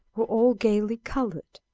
were all gayly colored,